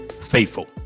faithful